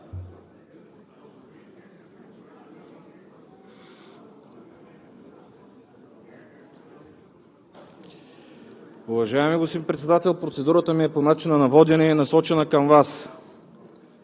Уважаеми господин Председател, процедурата ми е по начина на водене и е насочена към Вас.